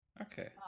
Okay